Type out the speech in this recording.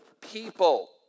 people